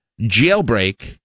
Jailbreak